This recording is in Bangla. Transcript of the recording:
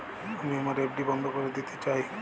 আমি আমার এফ.ডি বন্ধ করে দিতে চাই